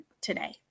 today